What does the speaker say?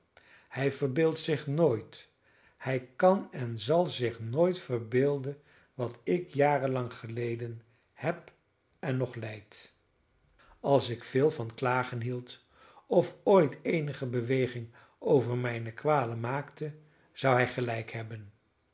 hij verbeeldt zich nooit hij kan en zal zich nooit verbeelden wat ik jarenlang geleden heb en nog lijd als ik veel van klagen hield of ooit eenige beweging over mijne kwalen maakte zou hij gelijk hebben